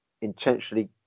intentionally